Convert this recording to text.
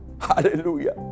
Hallelujah